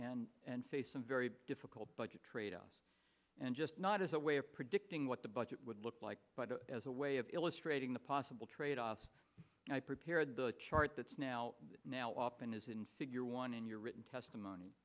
and and face some very difficult budget tradeoffs and just not as a way of predicting what the budget would look like but as a way of illustrating the possible tradeoffs i prepare the chart that's now now open is in figure one in your written testimony